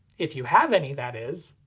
if you have any, that is!